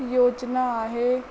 योजना आहे